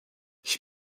ich